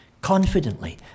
confidently